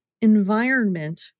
environment